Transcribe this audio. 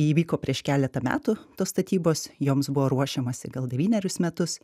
įvyko prieš keletą metų tos statybos joms buvo ruošiamasi gal devynerius metus